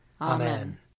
Amen